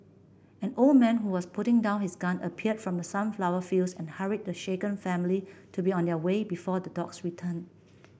an old man who was putting down his gun appeared from the sunflower fields and hurried the shaken family to be on their way before the dogs return